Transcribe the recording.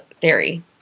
theory